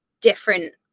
different